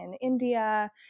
India